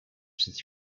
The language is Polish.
przed